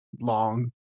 long